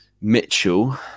Mitchell